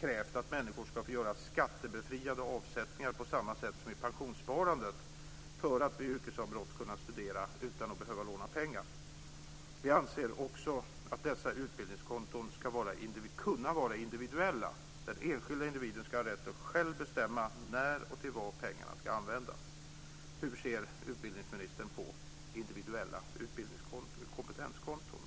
krävt att människor ska få göra skattebefriade avsättningar på samma sätt som i pensionssparandet för att vid yrkesavbrott kunna studera utan att behöva låna pengar. Vi anser också att dessa utbildningskonton ska kunna vara individuella. Den enskilde individen ska ha rätt att själv bestämma när och till vad pengarna ska användas. Hur ser utbildningsministern på individuella utbildningskonton, kompetenskonton?